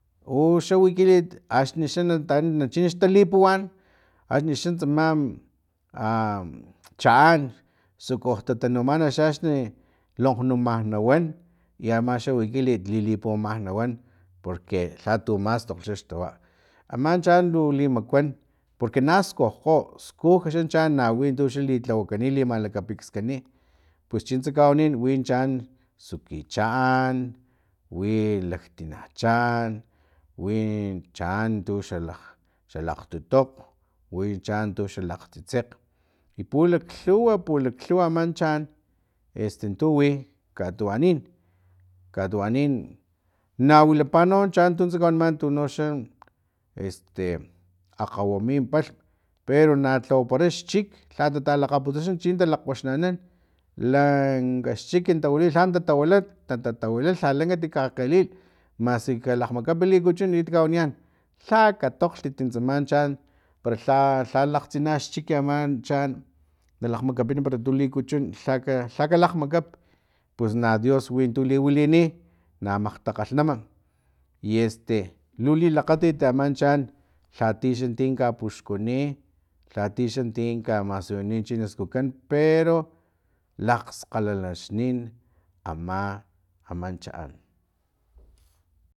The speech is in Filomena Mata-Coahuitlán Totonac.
Uxa wikilit axni xa ta na chini xtalipuwan uxan tsama a chaan suku tatanumana xa axni lonkgnuma na wan i amaxa wikilit lilipuwama nawan porque lhatu mastokglh xtawa aman chaan lu limakuan porque na skukgo skuj xa chaan nawi xa tu litlawakani li lakapikswani pus chintse kawanin wi chaan suki chaan wi laktina chaan wi chaan tuxa xalakgtutokg wi chaan tuxa lakgtsitsekg i pulaklhuwa pulaklhuwa ama chaan este tu wi katuwanin katuwanin nawilapa no chaan tutsa kawaniman tuxa este akgawami palhm pero na tlawapara xchik lha tatalakgaputsa xa chi waxnanan lanka xchik tawila lhan tatawila tatawila lhala kati kakgelil maski ka lakgmakapi likuchun chi kawaniyan lha ka tokgtit tsaman chaan para lha lha lha lakgtsina xchik ama chaan na lakgmakapin para tu likuchun lhaka lhaka lakgmakap pus na dios wi tu liwilini na makgtakgalhnama i este lu lilakgatit aman chaan lhati xanti katipuxkunina lhati xanti kamasuni chi naskujkan pero lakgskgalalaxnin ama aman chaan